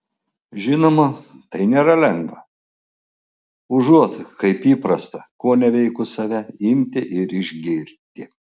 žinoma tai nėra lengva užuot kaip įprasta koneveikus save imti ir išgirti